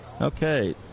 Okay